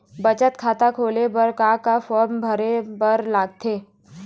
बचत खाता खोले बर का का फॉर्म भरे बार लगथे?